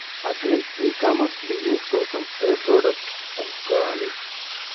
Agri e commerce business కోసము ఏ products ఎంచుకోవాలి?